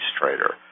trader